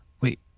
wait